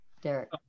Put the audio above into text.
Derek